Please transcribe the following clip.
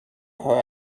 her